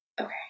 Okay